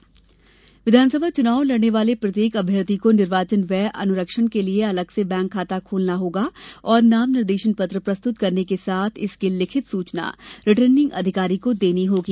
नामांकन बैंकखाता विधानसभा चुनाव लड़ने वाले प्रत्येक अभ्यर्थी को निर्वाचन व्यय अनुरक्षण के लिए अलग से बैंक खाता खोलना होगा और नाम निर्देशन पत्र प्रस्तुत करने के साथ इसकी लिखित सूचना रिटर्निंग अधिकारी को देनी होगी